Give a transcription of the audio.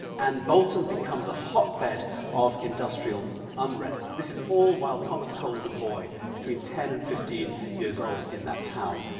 and bolton becomes a hotbed of industrial unrest. this is all while thomas cole is a boy between ten and fifteen years old, in that town.